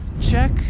Check